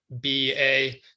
B-A